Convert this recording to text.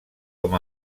com